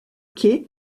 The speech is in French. quai